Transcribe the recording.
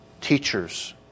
teachers